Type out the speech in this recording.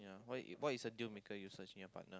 what what is the deal maker you search in your partner